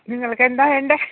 നിങ്ങൾക്കെന്താണ് വേണ്ടത്